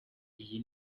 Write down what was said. iyi